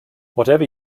whatever